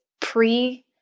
pre